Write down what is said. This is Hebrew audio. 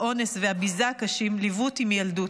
האונס והביזה הקשים ליוו אותי מילדות.